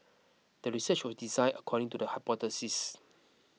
the research was design according to the hypothesis